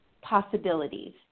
possibilities